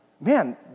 man